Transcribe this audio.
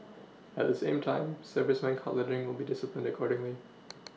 at the same time serviceman caught littering will be disciplined accordingly